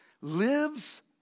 lives